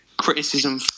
Criticism